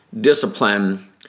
discipline